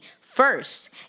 first